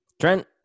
Trent